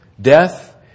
death